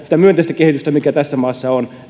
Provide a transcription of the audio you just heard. sitä myönteistä kehitystä mikä tässä maassa on